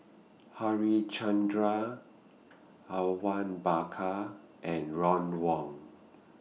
Harichandra Awang Bakar and Ron Wong